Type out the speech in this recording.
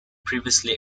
previously